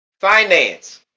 Finance